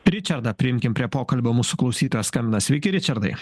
ričardą priimkim prie pokalbio mūsų klausytojas skambina sveiki ričardai